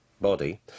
body